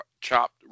chopped